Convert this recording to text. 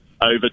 over